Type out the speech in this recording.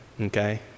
Okay